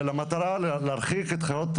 אלא למטרה להרחיק חיות,